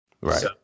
Right